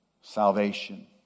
salvation